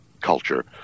culture